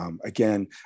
Again